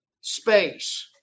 space